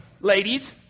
ladies